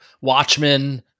Watchmen